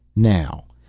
now.